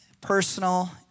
personal